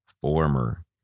former